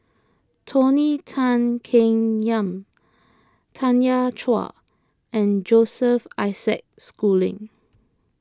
Tony Tan Keng Yam Tanya Chua and Joseph Isaac Schooling